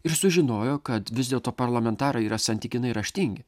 ir sužinojo kad vis dėlto parlamentarai yra santykinai raštingi